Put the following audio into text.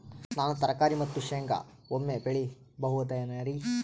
ನಾನು ತರಕಾರಿ ಮತ್ತು ಶೇಂಗಾ ಒಮ್ಮೆ ಬೆಳಿ ಬಹುದೆನರಿ?